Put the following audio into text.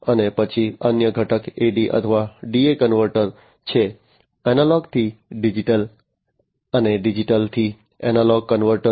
અને પછી અન્ય ઘટક AD અથવા DA કન્વર્ટર છે એનાલોગ થી ડિજિટલ અને ડિજિટલ થી એનાલોગ કન્વર્ટર